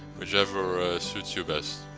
whichever suits you best.